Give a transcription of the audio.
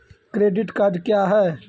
Credit card क्या हैं?